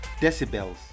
Decibels